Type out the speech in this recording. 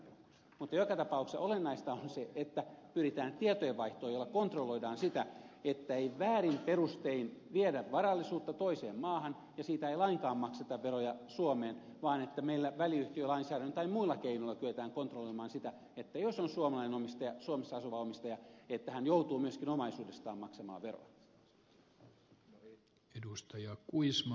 mutta joka tapauksessa olennaista on se että pyritään tietojenvaihtoon jolla kontrolloidaan sitä että ei väärin perustein viedä varallisuutta toiseen maahan ja siitä ei lainkaan makseta veroja suomeen vaan että meillä väliyhtiölainsäädännön tai muilla keinoin kyetään kontrolloimaan sitä että jos on suomalainen omistaja suomessa asuva omistaja hän joutuu myöskin omaisuudestaan maksamaan veroa